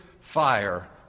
fire